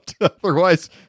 Otherwise